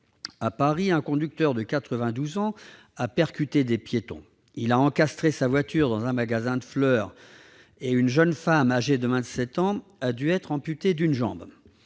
à Paris, un conducteur de 92 ans a percuté des piétons, il a encastré sa voiture dans un magasin de fleurs et une jeune femme, âgée de 27 ans, a dû être amputée d'une jambe.